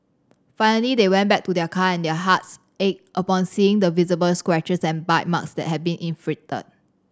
finally they went back to their car and their hearts ached upon seeing the visible scratches and bite marks that had been inflicted